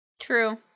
True